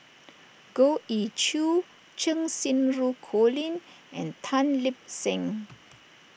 Goh Ee Choo Cheng Xinru Colin and Tan Lip Seng